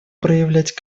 проявить